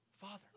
Father